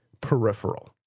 peripheral